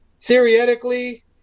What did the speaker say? Theoretically